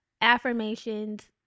affirmations